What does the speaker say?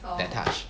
that touch